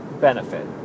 benefit